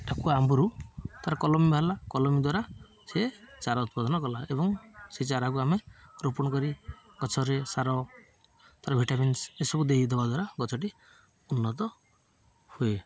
ଟାକୁଆ ଆମ୍ବରୁ ତା'ର କଲମୀ ବାହାରିଲା କଲମୀ ଦ୍ୱାରା ସେ ଚାରା ଉତ୍ପାଦନ କଲା ଏବଂ ସେ ଚାରାକୁ ଆମେ ରୋପଣ କରି ଗଛରେ ସାର ତା'ର ଭିଟାମିନ୍ସ ଏସବୁ ଦେଇଦବା ଦ୍ୱାରା ଗଛଟି ଉନ୍ନତ ହୁଏ